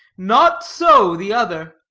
not so the other.